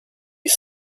his